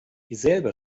dieselbe